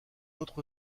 autre